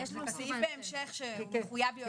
יש לנו סעיף בהמשך שהוא מחויב,